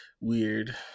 weird